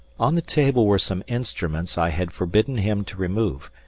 on the table were some instruments i had forbidden him to remove,